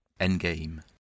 Endgame